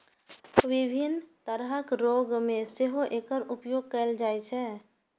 विभिन्न तरहक रोग मे सेहो एकर उपयोग कैल जाइ छै